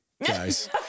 Guys